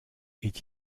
est